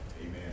Amen